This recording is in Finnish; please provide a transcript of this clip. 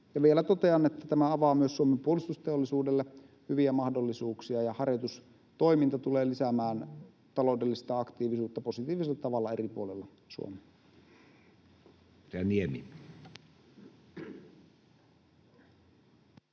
Vielä totean, että tämä avaa myös Suomen puolustusteollisuudelle hyviä mahdollisuuksia ja että harjoitustoiminta tulee lisäämään taloudellista aktiivisuutta positiivisella tavalla eri puolilla Suomea.